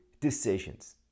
decisions